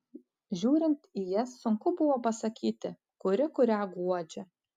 žiūrint į jas sunku buvo pasakyti kuri kurią guodžia